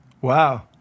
Wow